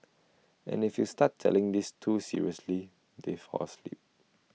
and if you start telling this too seriously they fall asleep